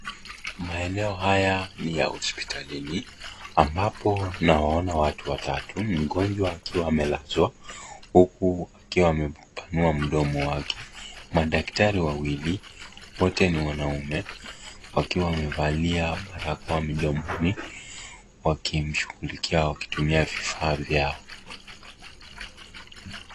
Maeneo haya ni ya hospitalini ambapo tunawaona watu watatu, mgonjwa akiwa amelazwa huku akiwa amepanua mdomo wake. Madaktari wawili, wote ni wanaume wakiwa wamevalia barakoa midomoni wakimshughulikia wakitumia vifaa vyao.